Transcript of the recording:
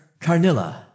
Carnilla